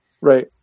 right